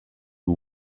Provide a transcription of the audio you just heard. who